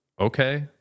okay